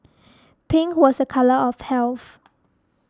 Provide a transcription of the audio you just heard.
pink was a colour of health